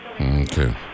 Okay